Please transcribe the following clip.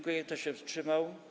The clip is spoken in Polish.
Kto się wstrzymał?